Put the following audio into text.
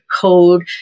code